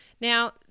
Now